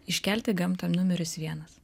iškelti gamtą numeris vienas